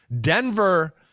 Denver